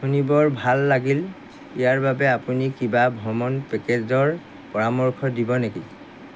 শুনি বৰ ভাল লাগিল ইয়াৰ বাবে আপুনি কিবা ভ্ৰমণ পেকেজ'ৰ পৰামৰ্শ দিব নেকি